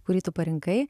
kurį tu parinkai